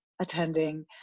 attending